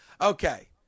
Okay